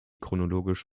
chronologisch